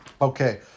Okay